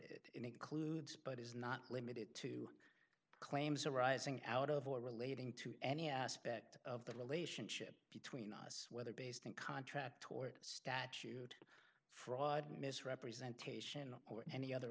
into includes but is not limited to claims arising out of or relating to any aspect of the relationship between us whether based on contract tort statute fraud misrepresentation or any other